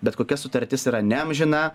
bet kokia sutartis yra neamžina